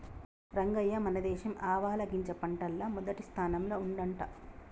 రంగయ్య మన దేశం ఆవాలగింజ పంటల్ల మొదటి స్థానంల ఉండంట